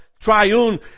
triune